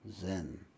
Zen